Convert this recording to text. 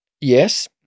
Yes